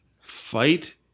fight